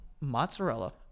mozzarella